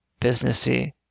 businessy